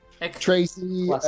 Tracy